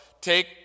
take